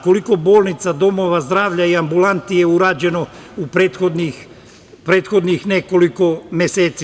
Koliko bolnica, domova zdravlja i ambulanti je urađeno u prethodnih nekoliko meseci.